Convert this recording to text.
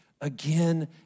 again